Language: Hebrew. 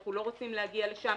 שאנחנו לא רוצים להגיע לשם.